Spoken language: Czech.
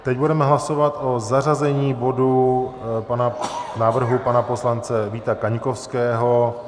Teď budeme hlasovat o zařazení bodu návrhu pana poslance Víta Kaňkovského.